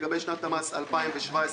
לגבי שנת המס 2017,